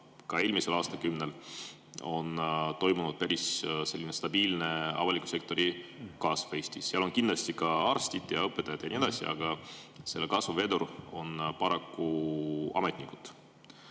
ka eelmisel aastakümnel on toimunud päris stabiilne avaliku sektori kasv Eestis. Seal on kindlasti ka arstid ja õpetajad ja nii edasi, aga paraku on selle kasvu vedur ametnikud.